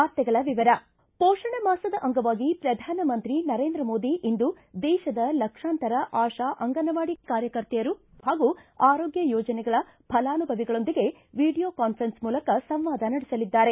ವಾರ್ತೆಗಳ ವಿವರ ಪೋಷಣ ಮಾಸದ ಅಂಗವಾಗಿ ಪ್ರಧಾನಮಂತ್ರಿ ನರೇಂದ್ರ ಮೋದಿ ಇಂದು ದೇಶದ ಲಕ್ಷಾಂತರ ಆಶಾ ಅಂಗನವಾಡಿ ಕಾರ್ಯಕರ್ತೆಯರು ಹಾಗೂ ಆರೋಗ್ಯ ಯೋಜನೆಗಳ ಫಲಾನುಭವಿಗಳೊಂದಿಗೆ ವಿಡಿಯೊ ಕಾನ್ಬೆರೆನ್ಸ್ ಮೂಲಕ ಸಂವಾದ ನಡೆಸಲಿದ್ದಾರೆ